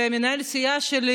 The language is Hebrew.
ומנהל הסיעה,